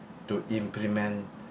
to implement